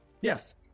Yes